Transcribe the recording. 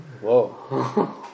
Whoa